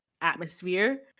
atmosphere